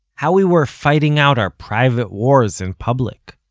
how we were fighting out our private wars in public,